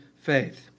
faith